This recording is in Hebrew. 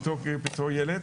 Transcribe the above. בתור ילד.